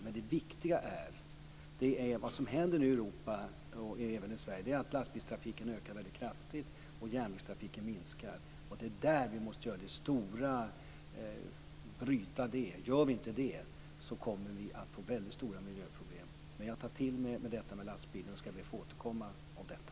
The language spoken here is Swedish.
Men det viktiga är att vad som händer nu i Europa och även i Sverige är att lastbilstrafiken ökar väldigt kraftigt och att järnvägstrafiken minskar. Det är där vi måste göra den stora insatsen. Vi måste bryta det. Gör vi inte det så kommer vi att få väldigt stora miljöproblem. Men jag tar till mig detta med lastbilarna och ska be att få återkomma om detta.